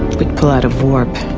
we'd pull out of warp.